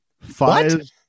Five